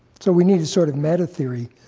so we need a sort of meta theory.